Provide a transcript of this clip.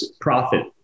profit